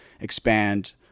expand